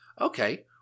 Okay